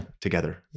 together